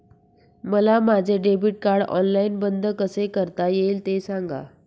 मला माझे debit card online बंद कसे करता येईल, ते सांगा